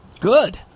Good